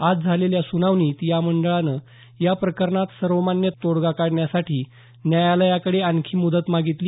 आज झालेल्या सुनावणीत या मंडळानं या प्रकरणात सर्वमान्य तोडगा काढण्यासाठी न्यायालयाकडे आणखी मुदत मागितली